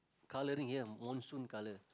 coloring here monsoon color